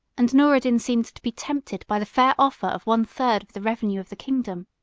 and noureddin seemed to be tempted by the fair offer of one third of the revenue of the kingdom.